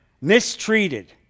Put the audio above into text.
mistreated